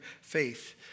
faith